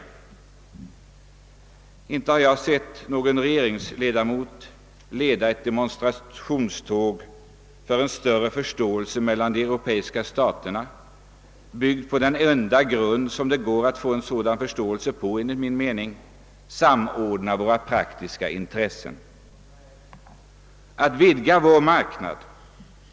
Inte har jag sett någon regeringsledamot leda ett demonstrationståg för en större förståelse mellan de europeiska staterna, byggd på den enligt vår mening enda tänkbara grunden för en sådan förståelse, nämligen en samordning av våra praktiska intressen genom att vidga vår marknad.